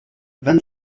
vingt